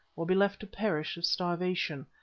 or be left to perish of starvation,